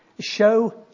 Show